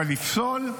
אבל לפסול?